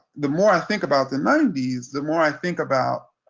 the more i think about the ninety s the more i think about,